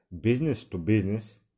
business-to-business